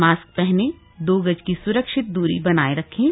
mask पहनें दो गज की सुरक्षित दूरी बनाए रखें